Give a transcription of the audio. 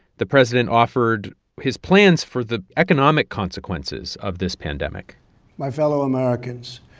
the president offered his plans for the economic consequences of this pandemic my fellow americans,